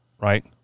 Right